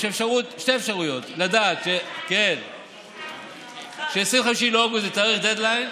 יש שתי אפשרויות: לדעת ש-25 באוגוסט זה תאריך דדליין,